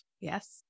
Yes